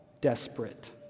desperate